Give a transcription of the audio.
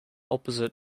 opposite